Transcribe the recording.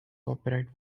copyright